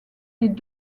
les